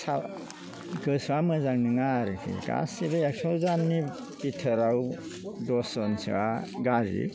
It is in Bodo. गोसोआ मोजां नङा आरोखि गासै एकस'जननि बिथोराव दसजन सोआ गाज्रि